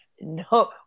No